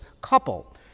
couple